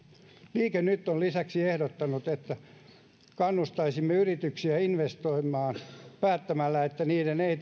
liike nyt on lisäksi ehdottanut että kannustaisimme yrityksiä investoimaan päättämällä että niiden ei